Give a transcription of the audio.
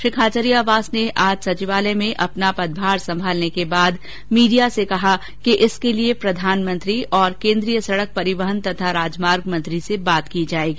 श्री खाचरियावास ने आज सचिवालय में अपना पदभार संभालने के बाद मीडिया से कहा कि इसके लिए प्रधानमंत्री और केन्द्रीय सडक परिवहन और राजमार्ग मंत्री से बात की जाएगी